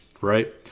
right